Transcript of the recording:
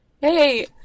hey